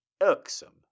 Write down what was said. irksome